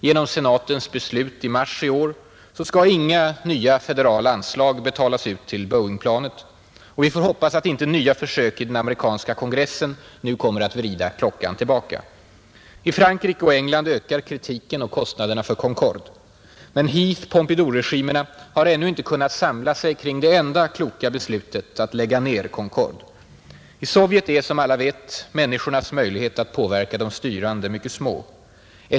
Genom senatens beslut i mars i år skall inga nya federala anslag betalas ut till Boeingplanet. Vi får hoppas att inte nya försök i den amerikanska kongressen nu kommer att vrida klockan tillbaka. I Frankrike och England ökar kritiken och kostnaderna för Concorde, men Heath-Pompidouregimerna har ännu inte kunnat samla sig kring det enda kloka beslutet: att lägga ner Concorde, I Sovjet är, som alla vet, människornas möjlighet att påverka de styrande mycket små.